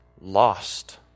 lost